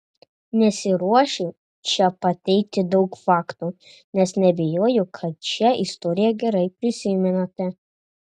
nesiruošiu čia pateikti daug faktų nes neabejoju kad šią istoriją gerai prisimenate